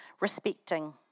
respecting